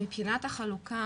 מבחינת החלוקה,